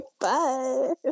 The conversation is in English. Bye